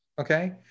Okay